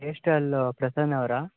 hair style Prasanna ಅವರಾ